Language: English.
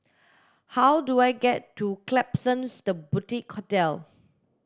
how do I get to Klapsons The Boutique Hotel